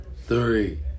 three